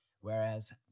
whereas